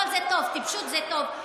אבל זה טוב, טיפשות זה טוב.